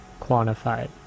quantified